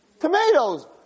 Tomatoes